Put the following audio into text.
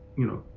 you know,